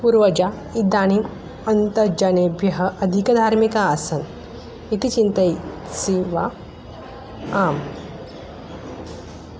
पूर्वजाः इदानीम् अन्तः जनेभ्यः अधिकधार्मिकाः आसन् इति चिन्तयसि वा आम्